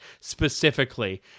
specifically